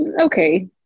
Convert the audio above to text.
okay